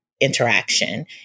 interaction